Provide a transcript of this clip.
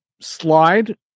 slide